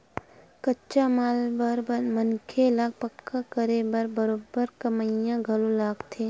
कच्चा माल बर मनखे ल पक्का करे बर बरोबर कमइया घलो लगथे